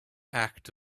act